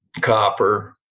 copper